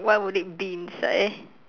what would it be inside